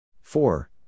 four